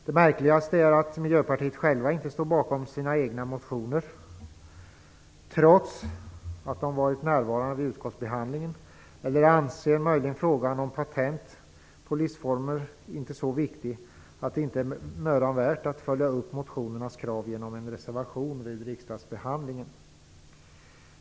Det märkligaste är att Miljöpartiet självt inte står bakom sina egna motioner - trots att det varit representerat vid utskottsbehandlingen - och inte anser frågan om patent på livsformer vara så viktig att det är mödan värt att följa upp motionernas krav genom en reservation vid riksdagsbehandlingen.